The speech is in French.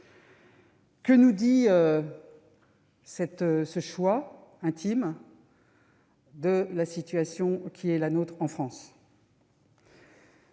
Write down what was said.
Que nous dit ce choix intime de la situation qui est la nôtre, en France ?